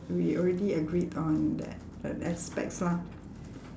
we already agreed on that that aspects lah